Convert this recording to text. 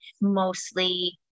mostly